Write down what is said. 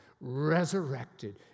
resurrected